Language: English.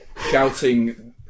shouting